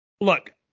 look